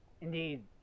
Indeed